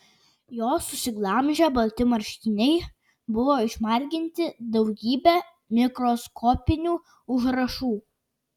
jo susiglamžę balti marškiniai buvo išmarginti daugybe mikroskopinių užrašų